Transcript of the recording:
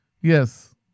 Yes